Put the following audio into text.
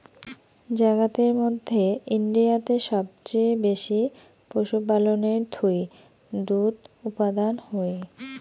জাগাতের মধ্যে ইন্ডিয়াতে সবচেয়ে বেশি পশুপালনের থুই দুধ উপাদান হই